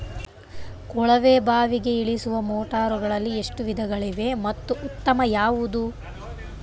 ಕೊಳವೆ ಬಾವಿಗೆ ಇಳಿಸುವ ಮೋಟಾರುಗಳಲ್ಲಿ ಎಷ್ಟು ವಿಧಗಳಿವೆ ಮತ್ತು ಉತ್ತಮ ಯಾವುದು?